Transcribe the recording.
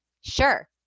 Sure